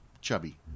chubby